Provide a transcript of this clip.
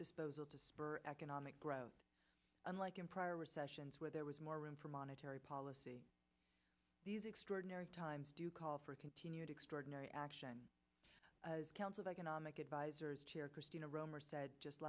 disposal to spur economic growth unlike in prior recessions where there was more room for monetary policy these extraordinary times do call for continued extraordinary action counts of economic advisers christina romer said just